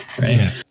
right